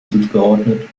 zugeordnet